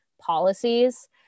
policies